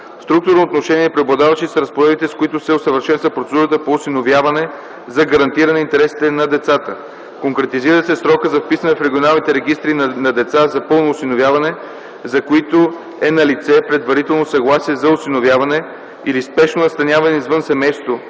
структурно отношение преобладаващи са разпоредбите, с които се усъвършенства процедурата по осиновяване за гарантиране интересите на децата: - конкретизира се срокът за вписване в регионалните регистри на деца за пълно осиновяване, за които е налице предварително съгласие за осиновяване или спешно настаняване извън семейството,